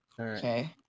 Okay